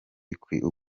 ukwiriye